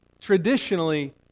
traditionally